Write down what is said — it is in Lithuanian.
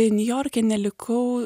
niujorke nelikau